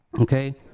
okay